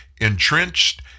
entrenched